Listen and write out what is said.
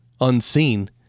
unseen